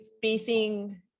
facing